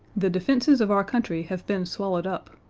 the defenses of our country have been swallowed up,